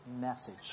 message